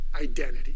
identity